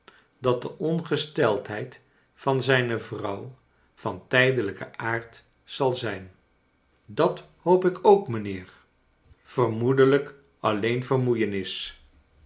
dat de qngesteldheid van zijne vrouw van tijdelijken aard zal zijn dat boop ik ook mijnheer vermoedelijk alleen vermoeienis